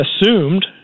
assumed